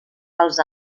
els